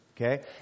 Okay